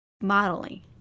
modeling